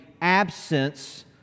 absence